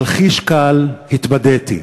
אבל חיש קל התבדיתי,